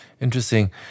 Interesting